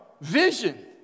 vision